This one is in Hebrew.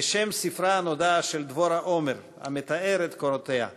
כשם ספרה הנודע של דבורה עומר, המתאר את קורותיה.